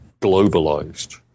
globalized